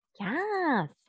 Yes